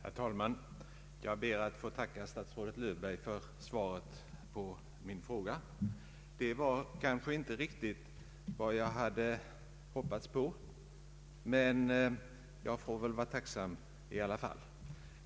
Herr talman! Jag ber att få tacka statsrådet Löfberg för svaret på min fråga. Det var kanske inte riktigt vad Ang. suppleant i statlig företagsnämnd jag hade hoppats på, men jag får väl vara tacksam i alla fall.